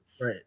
Right